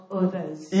others